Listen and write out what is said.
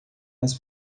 nas